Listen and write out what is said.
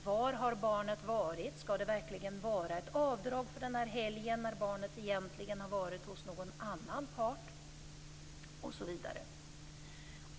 Var har barnet varit? Skall det verkligen vara ett avdrag för den helg när barnet egentligen har varit hos någon annan part?